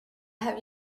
have